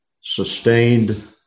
sustained